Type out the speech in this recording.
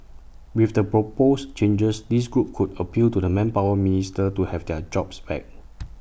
with the proposed changes this group could appeal to the manpower minister to have their jobs back